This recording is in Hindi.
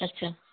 अच्छा